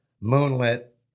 moonlit